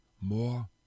more